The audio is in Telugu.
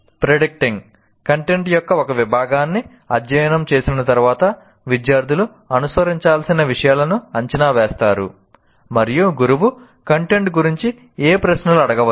ప్రెడిక్టింగ్ కంటెంట్ యొక్క ఒక విభాగాన్ని అధ్యయనం చేసిన తరువాత విద్యార్థులు అనుసరించాల్సిన విషయాలను అంచనా వేస్తారు మరియు గురువు కంటెంట్ గురించి ఏ ప్రశ్నలు అడగవచ్చు